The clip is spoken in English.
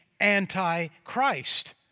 Antichrist